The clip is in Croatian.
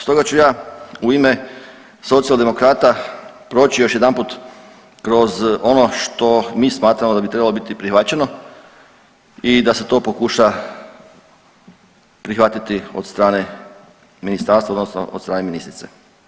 Stoga ću ja u ime Socijaldemokrata proći još jedanput kroz ono što mi smatramo da bi trebalo biti prihvaćeno i da se to pokuša prihvatiti od strane Ministarstva odnosno od strane ministrice.